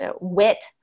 wit